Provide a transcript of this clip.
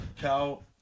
cow